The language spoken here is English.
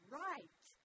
right